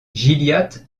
gilliatt